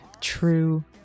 True